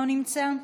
אינו נמצא,